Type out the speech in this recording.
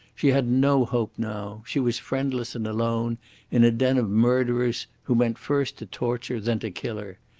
she had no hope now. she was friendless and alone in a den of murderers, who meant first to torture, then to kill her.